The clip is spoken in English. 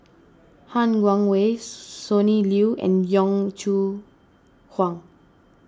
Han Guangwei Sonny Liew and Yong Shu Hoong